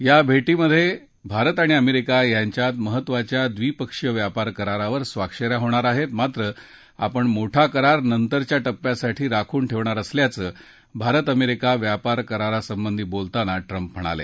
या भेटीत भारत आणि अमेरिका यांच्यात महत्त्वाच्या द्विपक्षीय व्यापार करारावर स्वाक्ष या होणार आहेत मात्र आपण मोठा करार नंतरच्या टप्प्यासाठी राखून ठेवणार असल्याचं भारत अमेरिका व्यापार करारासंबंधी बोलताना ट्रम्प म्हणाले